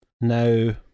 Now